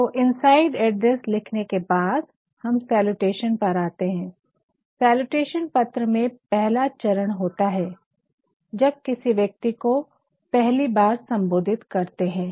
तो inside address लिखने के बाद हम सैलूटेशन salutation सम्बोधन पर आते है सैलूटेशन पत्र में पहला चरण होता है जब किसी व्यक्ति को पहली बार सम्बोधित करते है